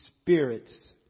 spirits